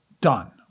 done